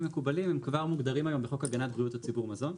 מקובלים הם כבר מוגדרים היום בחוק הגנת בריאות הציבור מזון,